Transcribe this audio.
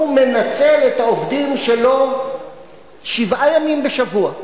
מנצל את העובדים שלו שבעה ימים בשבוע,